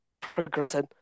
progressing